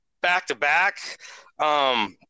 back-to-back –